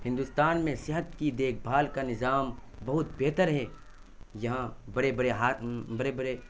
ہندوستان میں صحت کی دیکھ بھال کا نظام بہت بہتر ہے یہاں بڑے بڑے بڑے بڑے